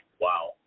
wow